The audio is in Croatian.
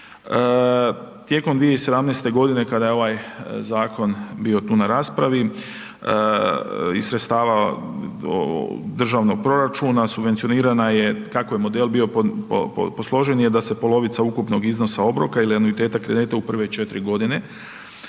Tijekom 2017. godine kada je ovaj zakon bio tu na raspravi iz sredstava Državnog proračuna subvencionirana je, kako je model bio posložen je da se polovica ukupnog iznosa obroka ili anuiteta kredita u prve 4 godine